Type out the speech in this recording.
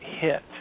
hit